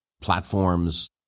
platforms